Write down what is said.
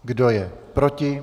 Kdo je proti?